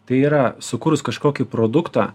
tai yra sukūrus kažkokį produktą